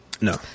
No